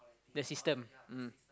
the system mm